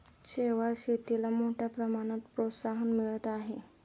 शेवाळ शेतीला मोठ्या प्रमाणात प्रोत्साहन मिळत आहे